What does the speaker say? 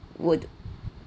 would